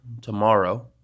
tomorrow